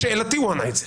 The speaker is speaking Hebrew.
לשאלתי הוא ענה את זה.